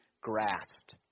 grasped